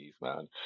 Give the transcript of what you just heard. man